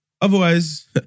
Otherwise